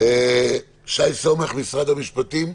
שי סומך, משרד המשפטים.